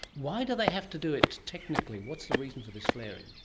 why do they have to do it technically? what's the reason for this flaring?